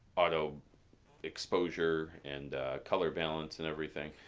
auto exposure and color balance and everything.